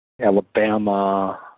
Alabama